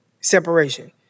separation